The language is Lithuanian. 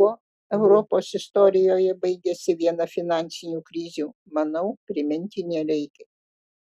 kuo europos istorijoje baigėsi viena finansinių krizių manau priminti nereikia